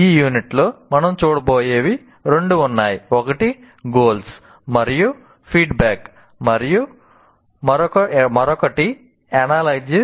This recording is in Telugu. ఈ యూనిట్లో మనం చూడబోయేవి రెండు ఉన్నాయి ఒకటి గోల్స్